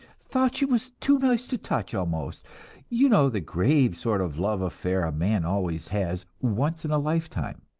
thought she was too nice to touch, almost you know the grave sort of love affair a man always has once in a lifetime.